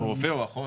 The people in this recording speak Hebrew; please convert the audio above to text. רופא או אחות.